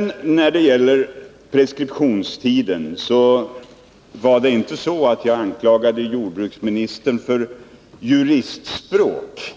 När det sedan gäller preskriptionstiden anklagade jag inte jordbruksministern för att använda juristspråk